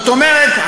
זאת אומרת,